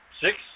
six